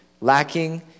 lacking